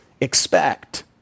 expect